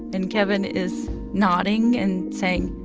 and kevin is nodding and saying,